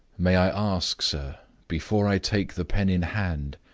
may i ask, sir, before i take the pen in hand,